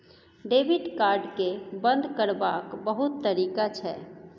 debit card केँ बंद करबाक बहुत तरीका छै